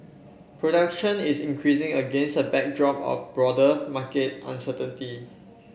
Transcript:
production is increasing against a backdrop of broader market uncertainty